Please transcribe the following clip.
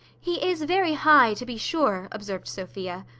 he is very high, to be sure, observed sophia.